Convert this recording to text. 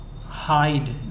hide